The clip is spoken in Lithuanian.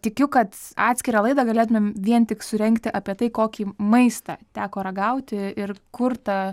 tikiu kad atskirą laidą galėtumėm vien tik surengti apie tai kokį maistą teko ragauti ir kur ta